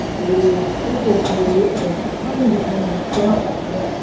is equal to a time-dependent scale factor